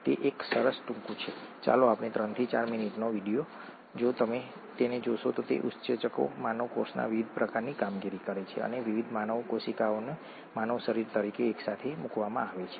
તે એક સરસ ટૂંકું છે ચાલો આપણે 3 થી 4 મિનિટનો વિડિઓ જો તમે જોશો કે ઉત્સેચકો માનવ કોષમાં વિવિધ પ્રકારની કામગીરી કરે છે અને વિવિધ માનવ કોશિકાઓને માનવ શરીર તરીકે એકસાથે મૂકવામાં આવે છે